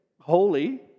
holy